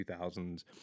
2000s